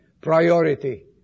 Priority